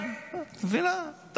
מריחה את הוודקה מהפה שלך.